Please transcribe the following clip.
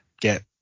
get